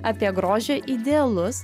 apie grožio idealus